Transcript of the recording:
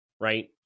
right